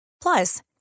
Plus